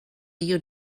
rio